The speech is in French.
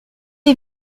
est